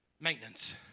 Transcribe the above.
maintenance